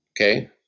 okay